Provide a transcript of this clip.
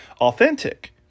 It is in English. authentic